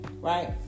right